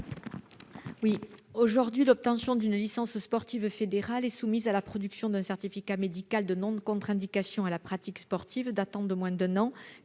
Aujourd'hui, l'obtention d'une licence sportive fédérale est subordonnée à la production d'un certificat médical de non-contre-indication à la pratique sportive datant de moins d'un an,